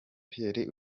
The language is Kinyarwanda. pierre